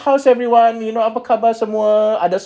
how's everyone you know apa khabar semua